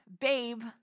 babe